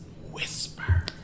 whisper